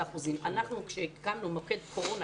כשאנחנו הקמנו מוקד קורונה,